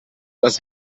das